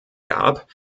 gab